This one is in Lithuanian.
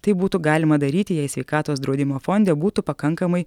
tai būtų galima daryti jei sveikatos draudimo fonde būtų pakankamai